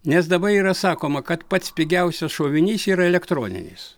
nes dabar yra sakoma kad pats pigiausias šovinys yra elektroninis